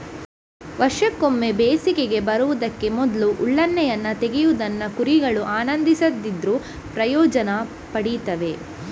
ವರ್ಷಕ್ಕೊಮ್ಮೆ ಬೇಸಿಗೆ ಬರುದಕ್ಕೆ ಮೊದ್ಲು ಉಣ್ಣೆಯನ್ನ ತೆಗೆಯುವುದನ್ನ ಕುರಿಗಳು ಆನಂದಿಸದಿದ್ರೂ ಪ್ರಯೋಜನ ಪಡೀತವೆ